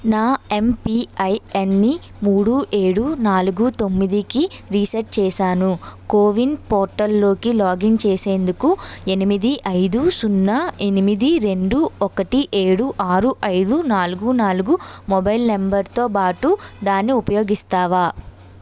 నా ఎమ్పిఐన్ని మూడు ఏడు నాలుగు తొమ్మిదికి రీసెట్ చేశాను కోవిన్ పోర్టల్ లోకి లాగిన్ చేసేందుకు ఎనిమిది ఐదు సున్నా ఎనిమిది రెండు ఒకటి ఏడు ఆరు ఐదు నాలుగు నాలుగు మొబైల్ నంబరు తో పాటు దాన్ని ఉపయోగిస్తావా